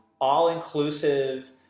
all-inclusive